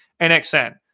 NXN